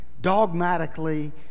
Dogmatically